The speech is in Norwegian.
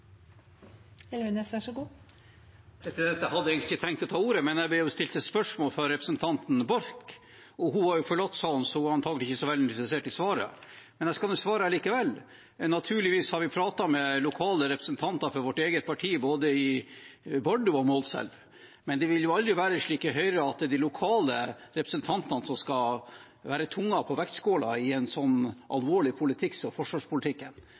Jeg hadde egentlig ikke tenkt å ta ordet, men jeg ble stilt et spørsmål fra representanten Borch. Hun har forlatt salen, så hun er antakelig ikke så veldig interessert i svaret. Men jeg skal svare likevel. Naturligvis har vi pratet med lokale representanter fra vårt eget parti, både i Bardu og Målselv. Men det vil aldri være slik i Høyre at det er de lokale representantene som skal være tungen på vektskålen i så alvorlig politikk som forsvarspolitikken. Forsvars- og